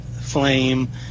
flame